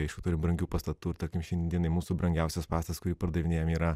aišku turim brangių pastatų tarkim šiandienai mūsų brangiausias pastatas kurį pardavinėjam yra